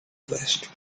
vest